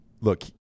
look